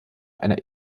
einer